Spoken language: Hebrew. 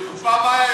לא מה שהיה פעם.